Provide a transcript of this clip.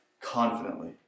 confidently